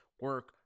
Work